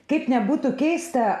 kaip nebūtų keista